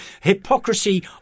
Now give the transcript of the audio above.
hypocrisy